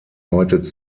heute